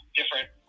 different